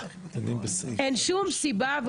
אין שום סיבה,